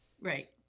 Right